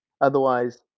Otherwise